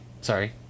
Sorry